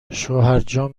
شوهرجان